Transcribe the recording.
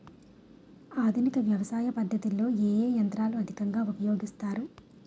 ఆధునిక వ్యవసయ పద్ధతిలో ఏ ఏ యంత్రాలు అధికంగా ఉపయోగిస్తారు?